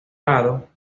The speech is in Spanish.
lado